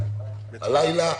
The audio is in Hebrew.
הלילה,